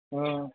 ਹੂੰ